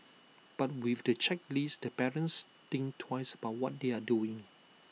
but with the checklist the parents think twice about what they are doing